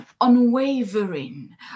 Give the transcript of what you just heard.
unwavering